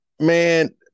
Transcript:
man